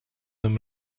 them